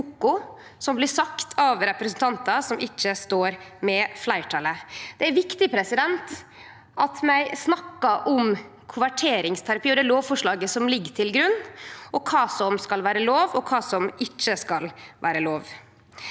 som blir sagt av representantar som ikkje står saman med fleirtalet. Det er viktig at vi snakkar om konverteringsterapi og det lovforslaget som ligg til grunn, og kva som skal vere lov, og kva som ikkje skal vere lov.